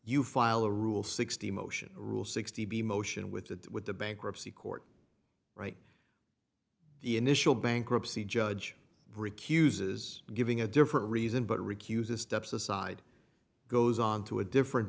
you file a rule sixty motion rule sixty b motion with the with the bankruptcy court right the initial bankruptcy judge recuses giving a different reason but recuses steps aside goes on to a different